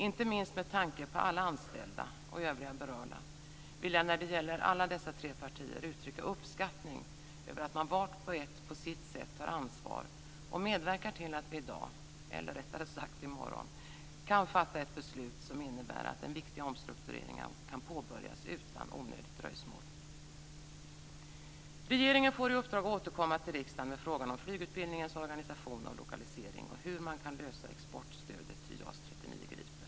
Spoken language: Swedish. Inte minst med tanke på alla anställda och övriga berörda vill jag när det gäller alla dessa tre partier uttrycka uppskattning över att vart och ett på sitt sätt tar ansvar och medverkar till att vi i dag, eller rättare sagt i morgon, kan fatta ett beslut som innebär att den viktiga omstruktureringen kan påbörjas utan onödigt dröjsmål. Regeringen får i uppdrag att återkomma till riksdagen med frågan om flygutbildningens organisation och lokalisering och hur man kan lösa exportstödet till JAS 39 Gripen.